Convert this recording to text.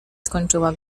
skończyła